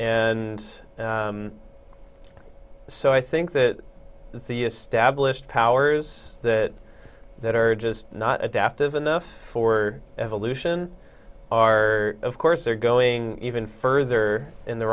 and so i think that the established powers that that are just not adaptive enough for evolution are of course they're going even further in the